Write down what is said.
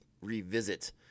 revisit